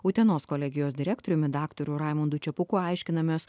utenos kolegijos direktoriumi daktaru raimundu čepuku aiškinamės